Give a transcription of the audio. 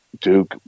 Duke